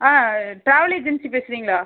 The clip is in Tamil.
ஆ ட்ராவல் ஏஜென்சி பேசுறீங்களா